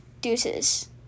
deuces